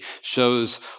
shows